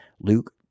Luke